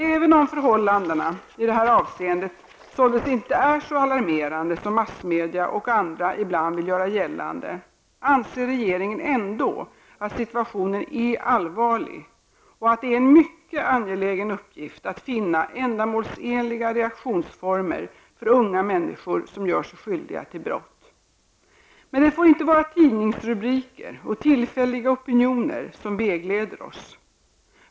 Även om förhållandena i detta avseende således inte är så alarmerande som massmedia och andra ibland vill göra gällande, anser regeringen ändå att situationen är allvarlig, och det är en mycket angelägen uppgift att finna ändamålsenliga reaktionsformer för unga människor som gör sig skyldiga till brott. Men det får inte vara tidningsrubriker och tillfälliga opinioner som vägleder oss.